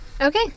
Okay